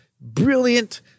Brilliant